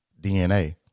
DNA